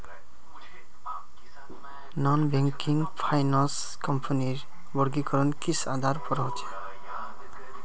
Non banking finance कंपनीर वर्गीकरण किस आधार पर होचे?